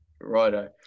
Righto